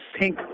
pink